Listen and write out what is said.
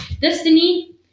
Destiny